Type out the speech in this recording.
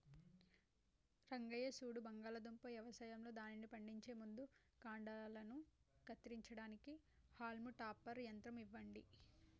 రంగయ్య సూడు బంగాళాదుంప యవసాయంలో దానిని పండించే ముందు కాండలను కత్తిరించడానికి హాల్మ్ టాపర్ యంత్రం ఇవ్వండి